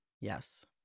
Yes